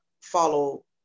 follow